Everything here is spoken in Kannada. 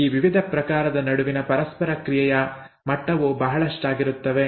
ಈ ವಿವಿಧ ಪ್ರಕಾರಗಳ ನಡುವಿನ ಪರಸ್ಪರ ಕ್ರಿಯೆಯ ಮಟ್ಟವು ಬಹಳಷ್ಟಾಗಿರುತ್ತವೆ